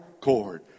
cord